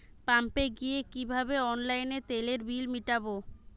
পাম্পে গিয়ে কিভাবে অনলাইনে তেলের বিল মিটাব?